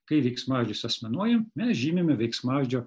kai veiksmažodžius asmenuoji mes žymime veiksmažodžio